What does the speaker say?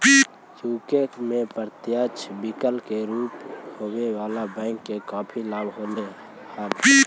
UK में प्रत्यक्ष विकलन के शुरू होवे से बैंक के काफी लाभ होले हलइ